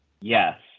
Yes